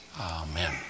amen